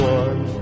one